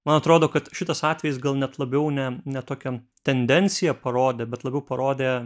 man atrodo kad šitas atvejis gal net labiau ne ne tokią tendenciją parodė bet labiau parodė